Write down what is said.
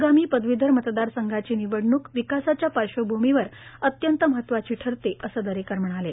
आगामी पदविधर मतदारसंघाची निवडणूक विकासाच्या पार्श्वभूमीवर अत्यंत महत्वाची ठरते असं दरेकर म्हणाले